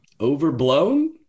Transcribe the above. Overblown